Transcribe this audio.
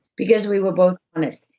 because we were both honest.